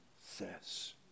says